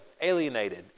alienated